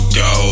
go